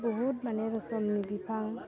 बहुथ माने रोखोमनि बिफां